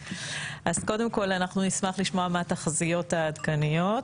קודם כל אנחנו נשמח לשמוע מה התחזיות העדכניות,